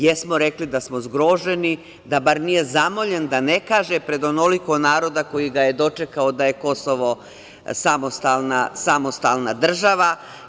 Jesmo rekli da smo zgroženi da bar nije zamoljen da ne kaže pred onoliko naroda, koji ga je dočekao, da je Kosovo samostalna država.